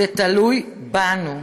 זה תלוי בנו.